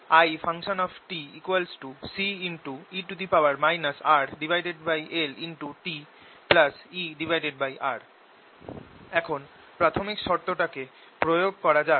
ItCe RLt ER এখন প্রাথমিক শর্তটাকে প্রয়োগ করা যাক